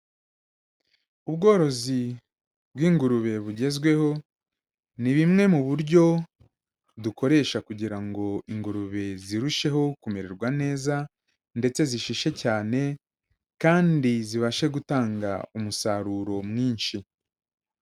Ubworozi bw'ingurube bugezweho ni bumwe mu buryo dukoresha kugira ngo ingurube zirusheho kumererwa neza ndetse zishishe cyane kandi zibashe gutanga umusaruro mwinshi.